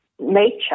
nature